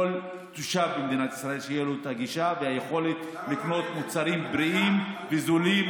שכל תושב במדינת ישראל תהיה לו גישה ויכולת לקנות מוצרים בריאים וזולים,